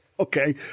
Okay